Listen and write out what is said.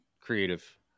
creative